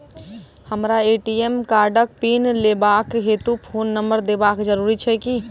हमरा ए.टी.एम कार्डक पिन लेबाक हेतु फोन नम्बर देबाक जरूरी छै की?